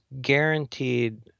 guaranteed